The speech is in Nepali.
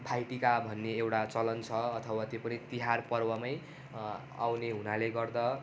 भाइटिका भन्ने एउटा चलन छ अथवा त्यो पनि तिहार पर्वमै आउने हुनाले गर्दा